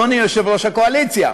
אדוני יושב-ראש הקואליציה.